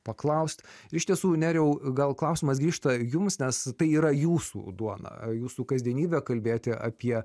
paklaust iš tiesų nerijau gal klausimas grįžta jums nes tai yra jūsų duona jūsų kasdienybė kalbėti apie